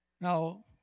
Now